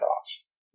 thoughts